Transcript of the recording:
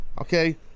Okay